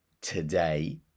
today